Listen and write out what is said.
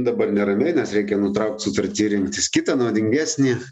dabar neramiai nes reikia nutraukt sutartį ir rinktis kitą naudingesnį